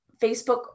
Facebook